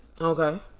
Okay